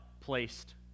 placed